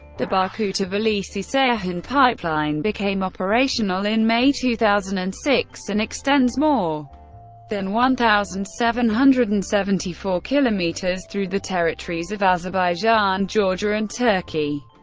the baku-tbilisi-ceyhan pipeline became operational in may two thousand and six and extends more than one thousand seven hundred and seventy four kilometers through the territories of azerbaijan, georgia and turkey.